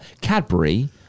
Cadbury